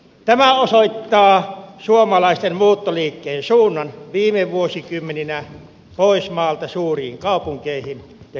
tämä osoittaa suomalaisten muuttoliikkeen suunnan viime vuosikymmeninä pois maalta suuriin kaupunkeihin ja kyläkeskuksiin